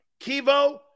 Kivo